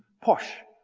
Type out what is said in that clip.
posh,